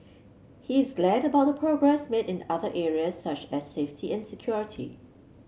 he is glad about the progress made in other areas such as safety and security